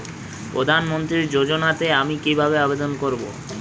প্রধান মন্ত্রী যোজনাতে আমি কিভাবে আবেদন করবো?